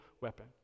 weapon